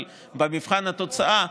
אבל במבחן התוצאה,